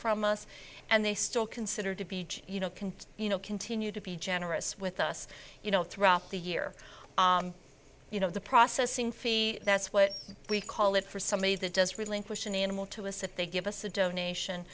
from us and they still consider to be you know can you know continue to be generous with us you know throughout the year you know the processing fee that's what we call it for somebody that does relinquish an animal to us that they give us a donation